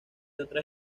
otra